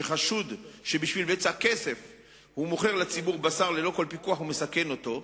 שחשוד שבשביל בצע כסף הוא מוכר לציבור בשר ללא כל פיקוח ומסכן אותו,